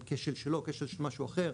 אם כשל שלו או כשל של משהו אחר?